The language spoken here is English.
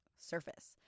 surface